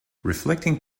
reflecting